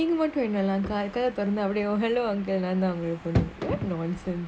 தொறந்தேன்:thoranthen nonsense